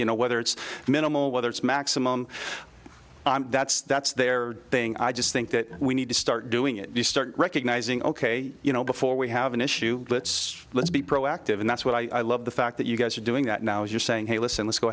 you know whether it's minimal whether it's maximum that's that's their thing i just think that we need to start doing it you start recognizing ok you know before we have an issue let's let's be proactive and that's what i love the fact that you guys are doing that now you're saying hey listen let's go